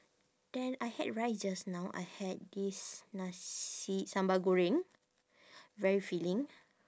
then I had rice just now I had this nasi sambal goreng very filling